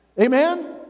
amen